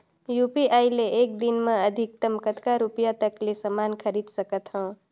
UPI ले एक दिन म अधिकतम कतका रुपिया तक ले समान खरीद सकत हवं?